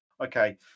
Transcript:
Okay